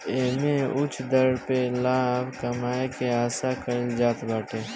एमे उच्च दर पे लाभ कमाए के आशा कईल जात बाटे